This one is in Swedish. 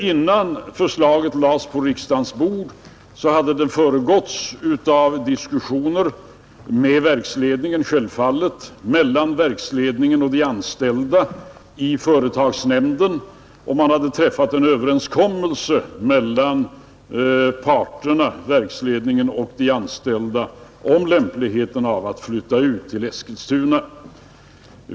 Innan förslaget lades på riksdagens bord hade det föregåtts av diskussioner med verksledningen och självfallet också av diskussioner i företagsnämnden mellan verksledningen och de anställda. Mellan verksledningen och de anställda hade man träffat en överenskommelse om lämpligheten av att flytta till Eskilstuna.